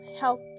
help